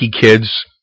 kids